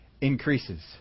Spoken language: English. increases